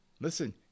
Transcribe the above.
Listen